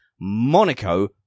Monaco